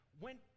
went